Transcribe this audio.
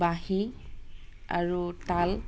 বাঁহী আৰু তাল